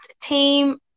team